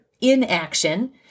inaction